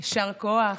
יישר כוח.